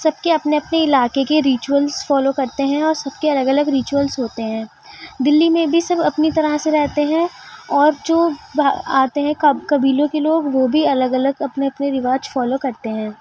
سب کے اپنے اپنے علاقے کی ریچوولس فالو کرتے ہیں اور سب کے الگ الگ ریچوولس ہوتے ہیں دہلی میں بھی سب اپنی طرح سے رہتے ہیں اور جو آتے ہیں قبیلوں کے لوگ وہ بھی الگ الگ اپںے اپنے رواج فالو کرتے ہیں